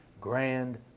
Grand